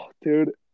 dude